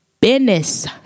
business